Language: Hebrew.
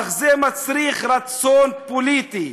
אך זה מצריך רצון פוליטי.